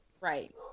right